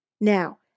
Now